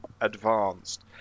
advanced